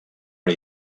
per